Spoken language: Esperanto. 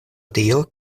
tio